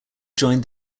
joined